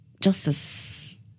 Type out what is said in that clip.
Justice